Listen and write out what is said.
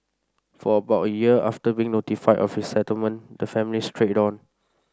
for about a year after being notified of resettlement the family straight on